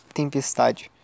tempestade